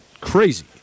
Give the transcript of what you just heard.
Crazy